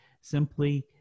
simply